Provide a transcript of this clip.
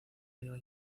liga